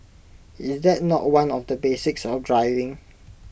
is that not one of the basics of driving